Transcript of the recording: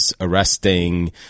arresting